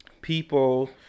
people